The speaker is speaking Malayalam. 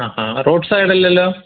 ആ ആ റോഡ് സൈഡല്ലല്ലോ